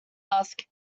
ask